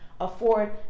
afford